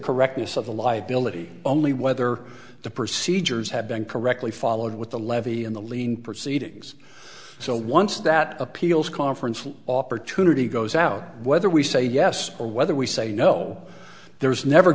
correctness of the liability only whether the procedures have been correctly followed with the levy in the lean proceedings so once that appeals conference an opportunity goes out whether we say yes or whether we say no there is never